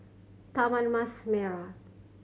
Taman Mas Merah